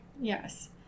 Yes